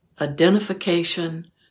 identification